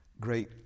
great